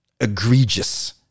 egregious